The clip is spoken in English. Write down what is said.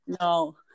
no